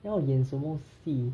要演什么戏